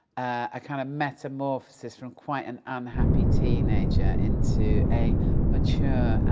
a kind of metamorphosis from quite an unhappy teenager into a mature,